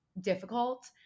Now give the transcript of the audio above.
difficult